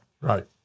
Right